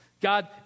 God